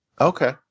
Okay